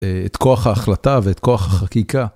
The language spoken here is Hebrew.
את כוח ההחלטה ואת כוח החקיקה.